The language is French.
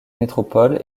métropole